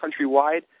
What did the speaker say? countrywide